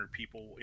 people